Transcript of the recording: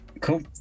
Cool